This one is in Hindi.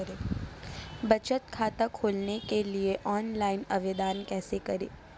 बचत खाता खोलने के लिए ऑनलाइन आवेदन कैसे करें?